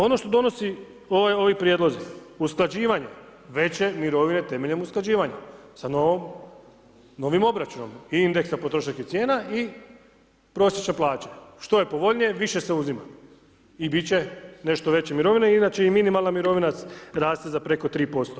Ono što donosi ovi Prijedlozi, usklađivanje veće mirovine temeljem usklađivanja, sa novim obračunom, i indeksa potrošačkih cijena, i prosječna plaća, što je povoljnije više se uzima, i bit će nešto veće mirovine, inače i minimalna mirovina raste za preko 3%